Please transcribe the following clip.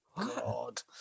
God